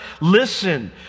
listen